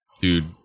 dude